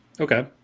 Okay